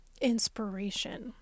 inspiration